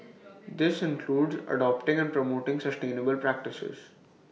this includes adopting and promoting sustainable practices